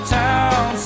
town